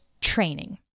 training